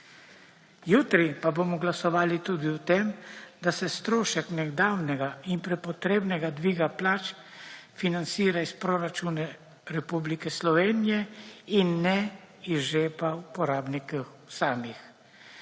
Jutri pa bomo glasovali tudi o tem, da se strošek nedavnega in prepotrebnega dviga plač financira iz proračuna Republike Slovenije in ne iz žepa uporabnikov samih.